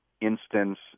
instance